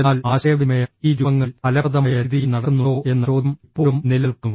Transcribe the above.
എന്നാൽ ആശയവിനിമയം ഈ രൂപങ്ങളിൽ ഫലപ്രദമായ രീതിയിൽ നടക്കുന്നുണ്ടോ എന്ന ചോദ്യം ഇപ്പോഴും നിലനിൽക്കുന്നു